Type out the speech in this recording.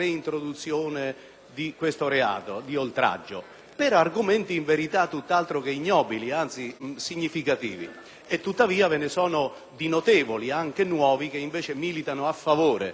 per argomenti in verità tutt'altro che ignobili, anzi significativi; tuttavia, ve ne sono di notevoli, anche nuovi, che militano invece a favore della reintroduzione di un simile reato.